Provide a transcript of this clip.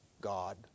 God